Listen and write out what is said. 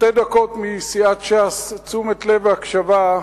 שתי דקות מסיעת ש"ס תשומת לב והקשבה.